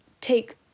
take